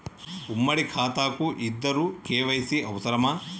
ఉమ్మడి ఖాతా కు ఇద్దరు కే.వై.సీ అవసరమా?